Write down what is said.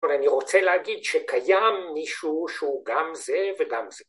אני רוצה להגיד ‫שקיים מישהו שהוא גם זה וגם זה.